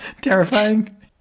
Terrifying